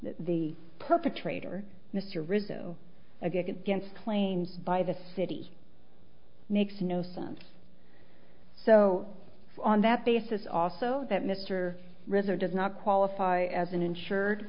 the perpetrator mr rizzo against claims by the city makes no sense so on that basis also that mr ritter does not qualify as an insured